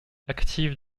active